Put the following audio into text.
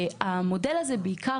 המודל הזה נהוג בעיקר,